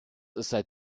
aside